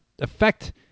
affect